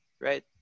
right